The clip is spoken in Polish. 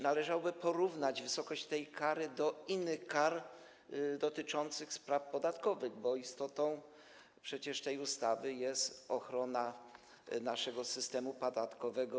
Należałoby porównać wysokość tej kary do innych kar dotyczących spraw podatkowych, bo przecież istotą tej ustawy jest ochrona naszego systemu podatkowego.